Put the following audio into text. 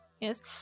yes